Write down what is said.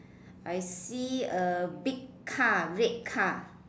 I see a big car red car